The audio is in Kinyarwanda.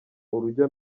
urujya